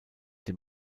dem